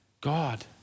God